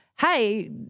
hey